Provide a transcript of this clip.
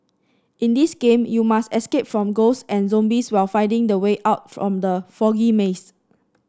in this game you must escape from ghosts and zombies while finding the way out from the foggy maze